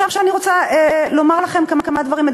עכשיו אני רוצה לומר לכם כמה דברים.